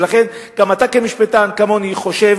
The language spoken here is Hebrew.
ולכן גם אתה, כמשפטן, כמוני, חושב